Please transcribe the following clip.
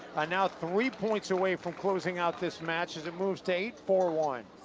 now three points away from closing out this match as it moves to eight four one.